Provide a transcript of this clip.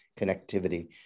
connectivity